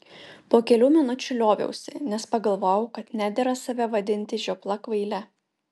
po kelių minučių lioviausi nes pagalvojau kad nedera save vadinti žiopla kvaile